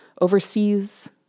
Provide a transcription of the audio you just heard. overseas